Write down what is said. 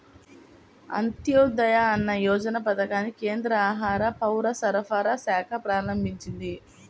అంత్యోదయ అన్న యోజన పథకాన్ని కేంద్ర ఆహార, పౌరసరఫరాల శాఖ ప్రారంభించింది